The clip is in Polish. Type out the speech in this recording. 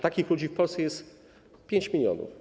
Takich ludzi w Polsce jest 5 mln.